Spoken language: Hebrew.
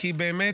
כי באמת,